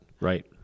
Right